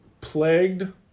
plagued